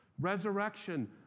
resurrection